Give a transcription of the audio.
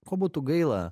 ko būtų gaila